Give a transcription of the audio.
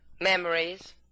Memories